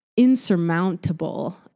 insurmountable